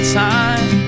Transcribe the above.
time